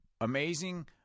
Amazing